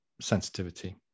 sensitivity